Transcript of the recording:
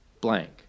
blank